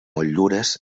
motllures